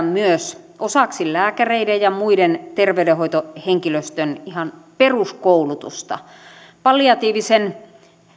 myös saada osaksi lääkäreiden ja muun terveydenhoitohenkilöstön ihan peruskoulutusta palliatiivisen